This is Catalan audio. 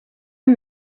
amb